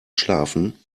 schlafen